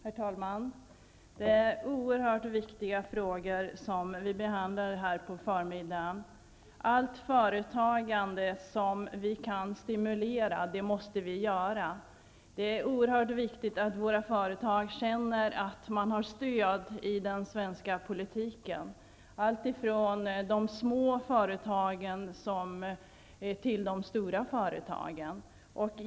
Herr talman! Det är oerhört viktiga frågor som vi behandlar nu. Allt företagande som vi kan stimulera måste vi stimulera. Det är oerhört viktigt att våra företag känner att de har stöd i den svenska politiken, alltifrån de små företagen till de stora företagen.